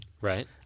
Right